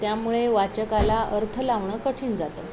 त्यामुळे वाचकाला अर्थ लावणं कठीण जातं